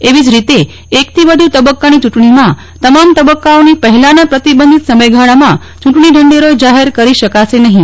એવી જ રીતે એક થી વધુ તબક્કાની ચૂંટણીમાં તમામ તબક્કાઓની પહેલાના પ્રતિબંધીત સમગયાળામાં ચૂંટણી ઢંઢેરો જાહેર કરી શકાશે નહીં